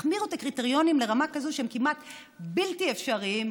החמירו את הקריטריונים לרמה כזאת שהם כמעט בלתי אפשריים,